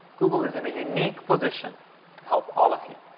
google is in a unique position to help all of you,